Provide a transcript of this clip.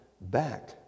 back